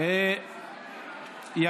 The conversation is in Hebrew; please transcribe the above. חבר הכנסת חיים ביטון.